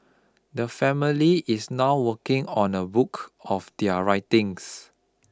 the family is now working on a book of their writings